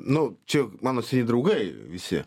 nu čia mano seni draugai visi